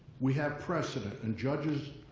we have precedent, and judges,